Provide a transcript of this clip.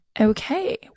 okay